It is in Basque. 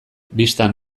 bistan